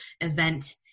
event